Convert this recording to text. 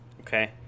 okay